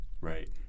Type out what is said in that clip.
Right